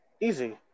Easy